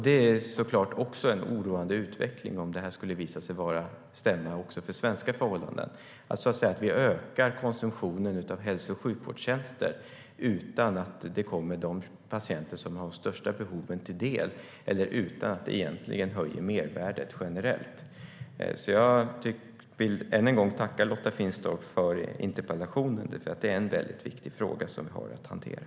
Det är såklart också en oroande utveckling om det här skulle visa sig stämma också för svenska förhållanden - att vi ökar konsumtionen av hälso och sjukvårdstjänster utan att det kommer de patienter som har de största behoven till del eller utan att det egentligen höjer mervärdet generellt. Jag vill än en gång tacka Lotta Finstorp för interpellationen, för det är en väldigt viktig fråga som vi har att hantera.